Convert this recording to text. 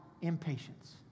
Impatience